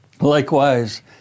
Likewise